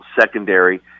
secondary